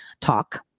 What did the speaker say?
talk